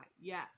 Yes